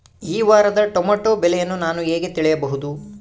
ಈ ವಾರದ ಟೊಮೆಟೊ ಬೆಲೆಯನ್ನು ನಾನು ಹೇಗೆ ತಿಳಿಯಬಹುದು?